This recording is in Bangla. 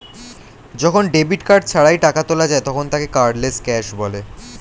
যখন ডেবিট কার্ড ছাড়াই টাকা তোলা যায় তখন তাকে কার্ডলেস ক্যাশ বলে